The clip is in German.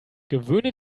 gewöhne